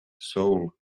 soul